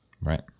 Right